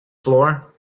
floor